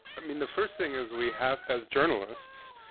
i mean the first thing is we have, as journalists,